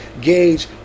gauge